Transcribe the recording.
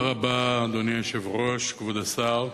אדוני היושב-ראש, תודה רבה, כבוד השר,